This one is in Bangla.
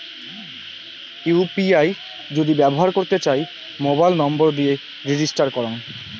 ইউ.পি.আই যদি ব্যবহর করতে চাই, মোবাইল নম্বর দিয়ে রেজিস্টার করাং